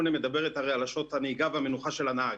מדברת הרי על שעות הנהיגה והמנוחה של הנהג.